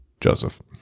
joseph